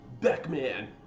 Beckman